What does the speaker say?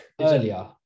earlier